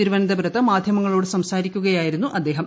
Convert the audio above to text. തിരുവനന്തപുരത്ത് മാധ്യമങ്ങളോട് സംസാരിക്കുകയായിരുന്നു അദ്ദേഹം